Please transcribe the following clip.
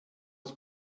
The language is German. aus